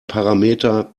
parameter